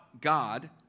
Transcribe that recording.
God